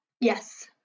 Yes